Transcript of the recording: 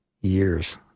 years